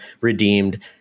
redeemed